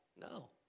No